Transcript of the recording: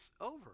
over